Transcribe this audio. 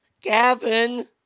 Gavin